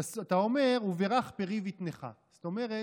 אתה אומר: "וברך פרי בטנך", זאת אומרת,